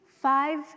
five